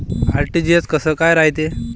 RTGS काय रायते?